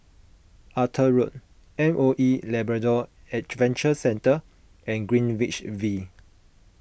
Arthur Road M O E Labrador Adventure Centre and Greenwich V